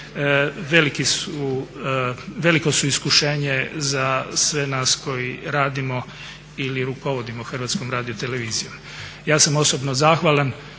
veliko su iskušenje za sve nas koji radimo ili rukovodimo Hrvatskom radiotelevizijom. Ja sam osobno zahvalan